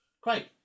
Great